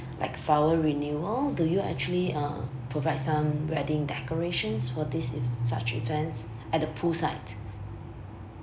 like vow renewal do you actually uh provide some wedding decorations for this if such events at the poolside